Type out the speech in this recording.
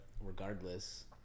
regardless